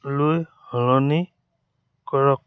লৈ সলনি কৰক